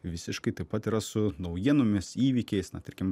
visiškai taip pat yra su naujienomis įvykiais na tarkim